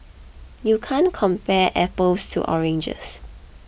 you can't compare apples to oranges